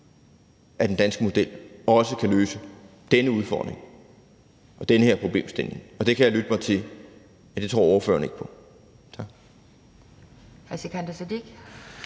at den danske model også kan løse denne udfordring og denne problemstilling, og det kan jeg lytte mig til at ordføreren ikke tror på.